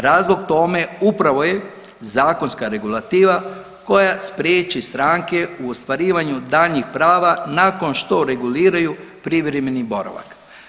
Razlog tome upravo je zakonska regulativa koja spriječi stranke u ostvarivanju daljnjih prava nakon što reguliraju privremeni boravak.